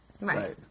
Right